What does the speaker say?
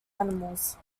animals